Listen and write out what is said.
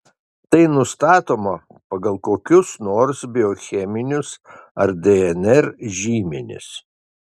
tai nustatoma pagal kokius nors biocheminius ar dnr žymenis